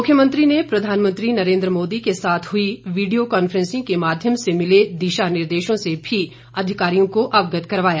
मुख्यमंत्री ने प्रधानमंत्री नरेन्द्र मोदी के साथ हुई वीडियो कांफ्रेंसिंग के माध्यम से मिले दिशा निर्देशों से भी अधिकारियों को अवगत करवाया